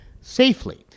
safely